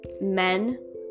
men